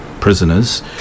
prisoners